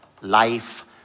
life